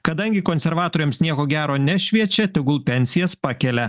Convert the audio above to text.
kadangi konservatoriams nieko gero nešviečia tegul pensijas pakelia